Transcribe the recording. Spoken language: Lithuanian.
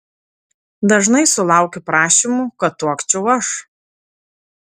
dažnai sulaukiu prašymų kad tuokčiau aš